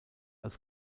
als